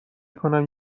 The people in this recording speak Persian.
کنم